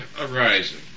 arising